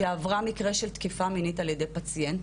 שעברה מקרה של תקיפה מינית על-ידי פציינט,